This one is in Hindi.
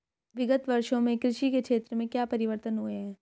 विगत वर्षों में कृषि के क्षेत्र में क्या परिवर्तन हुए हैं?